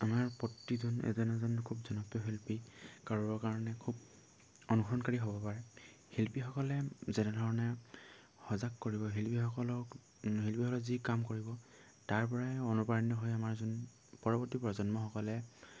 আমাৰ প্ৰতিজন এজন এজন খুব জনপ্ৰিয় শিল্পী কাৰোবাৰ কাৰণে খুব অনুসৰণকাৰী হ'ব পাৰে শিল্পীসকলে যেনেধৰণে সজাগ কৰিব শিল্পীসকলক শিল্পীসকলে যি কাম কৰিব তাৰ পৰাই অনুপ্ৰাণিত হৈ আমাৰ যোন পৰৱৰ্তী প্ৰজন্মসকলে